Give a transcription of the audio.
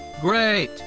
great